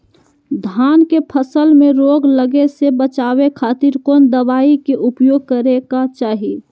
धान के फसल मैं रोग लगे से बचावे खातिर कौन दवाई के उपयोग करें क्या चाहि?